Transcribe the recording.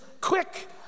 quick